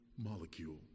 molecule